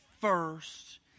first